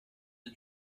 the